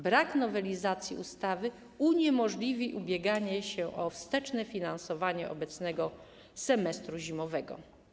Brak nowelizacji ustawy uniemożliwi ubieganie się o wsteczne finansowanie obecnego semestru zimowego.